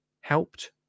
helped